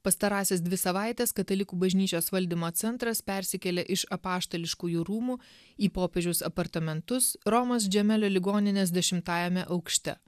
pastarąsias dvi savaites katalikų bažnyčios valdymo centras persikėlė iš apaštališkųjų rūmų į popiežiaus apartamentus romos džiamelio ligoninės dešimtajame aukšte